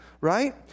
right